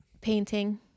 painting